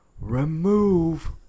Remove